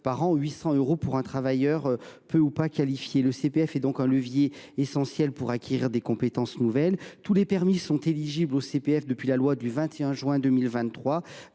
par an pour les travailleurs peu ou pas qualifiés. Le CPF est un levier essentiel pour acquérir des compétences nouvelles. Tous les permis sont éligibles au CPF depuis la loi du 21 juin 2023